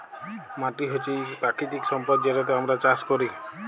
মাটি হছে ইক পাকিতিক সম্পদ যেটতে আমরা চাষ ক্যরি